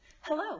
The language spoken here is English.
Hello